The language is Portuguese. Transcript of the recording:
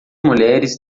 mulheres